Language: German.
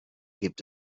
gibt